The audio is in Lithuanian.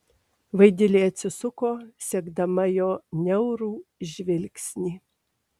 vaidilė atsisuko sekdama jo niaurų žvilgsnį